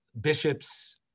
bishops